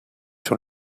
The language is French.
sur